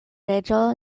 reĝo